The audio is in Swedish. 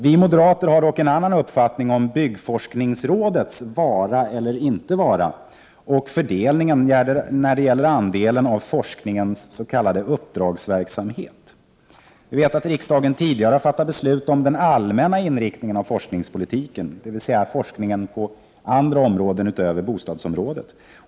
Vi moderater har dock en annan uppfattning om byggforskningsrådets vara eller inte vara och fördelningen när det gäller andelen av forskningens s.k. uppdragsverksamhet. Riksdagen har tidigare fattat beslut om den allmänna inriktningen av forskningspolitiken, dvs. forskningen på områden utöver bostadsområdet.